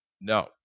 No